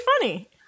funny